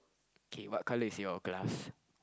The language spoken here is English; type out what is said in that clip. okay what color is your glass